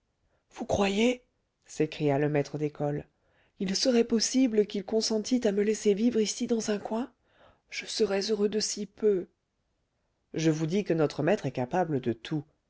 vous croyez s'écria le maître d'école il serait possible qu'il consentit à me laisser vivre ici dans un coin je serais heureux de si peu je vous dis que notre maître est capable de tout